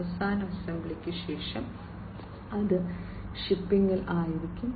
അവസാന അസംബ്ലിക്ക് ശേഷം അത് ഷിപ്പിംഗ് ആയിരിക്കും